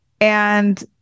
And-